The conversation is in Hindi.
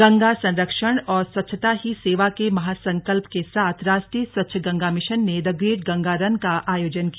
गंगा संरक्षण और स्वच्छता ही सेवा के महासंकल्प के साथ राष्ट्रीय स्वच्छ गंगा मिशन ने द ग्रेट गंगा रन का आयोजन किया